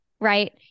right